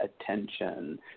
attention